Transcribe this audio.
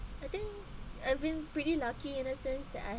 I think I've been pretty lucky in a sense that I